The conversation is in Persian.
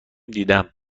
دیدم